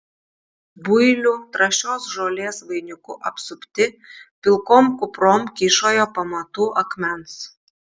builių trąšios žolės vainiku apsupti pilkom kuprom kyšojo pamatų akmens